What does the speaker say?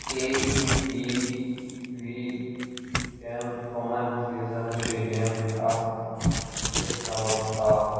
A V TV کٮ۪ن common چیٖزن چھ ییٚمہِ ہفتہٕ ڈسکاونٛٹ آفر